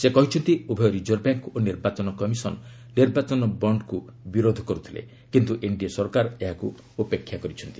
ସେ କହିଛନ୍ତି ଉଭୟ ରିକର୍ଭ ବ୍ୟାଙ୍କ୍ ଓ ନିର୍ବାଚନ କମିଶନ୍ ନିର୍ବାଚନ ବଣ୍ଣ୍କୁ ବିରୋଧ କରୁଥିଲେ କିନ୍ତୁ ଏନ୍ଡିଏ ସରକାର ଏହାକୁ ଉପେକ୍ଷା କରିଛନ୍ତି